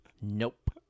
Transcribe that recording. Nope